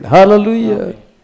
Hallelujah